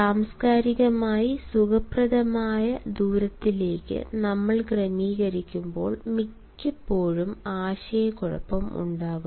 സാംസ്കാരികമായി സുഖപ്രദമായ ദൂരങ്ങളിലേക്ക് നമ്മൾ ക്രമീകരിക്കുമ്പോൾ മിക്കപ്പോഴും ആശയക്കുഴപ്പം ഉണ്ടാകുന്നു